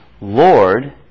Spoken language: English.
Lord